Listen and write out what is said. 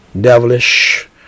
devilish